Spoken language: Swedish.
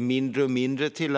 mindre och mindre.